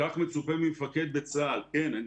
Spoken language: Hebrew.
כך מצופה ממפקד בצבא הגנה לישראל.